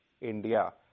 India